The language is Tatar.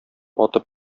атып